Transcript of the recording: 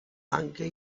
anche